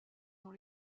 dans